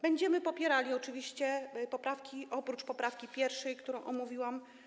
Będziemy popierali oczywiście te poprawki, oprócz poprawki 1., którą omówiłam.